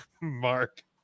Mark